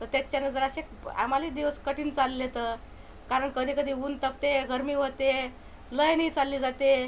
तर त्याच्यानं जरासे आमालेही दिवस कठीण चालले तर कारण कधी कधी ऊन तापते गरमी होते लाइनही चालली जाते